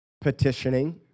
petitioning